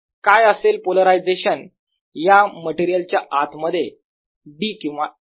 काय असेल पोलरायझेशन या मटेरियलच्या आत मध्ये D किंवा E